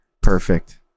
Perfect